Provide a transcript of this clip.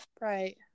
right